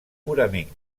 purament